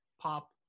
pop